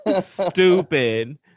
stupid